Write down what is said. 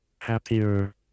happier